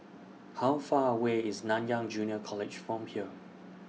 How Far away IS Nanyang Junior College from here